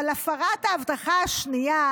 אבל הפרת ההבטחה השנייה